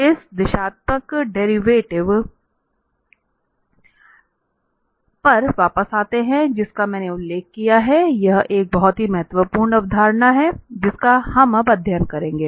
इस दिशात्मक डेरिवेटिव पर वापस आते हुए जिसका मैंने उल्लेख किया है यह एक बहुत ही महत्वपूर्ण अवधारणा है जिसका हम अब अध्ययन करेंगे